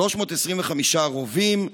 325 רובים,